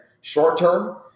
short-term